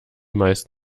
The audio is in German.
meist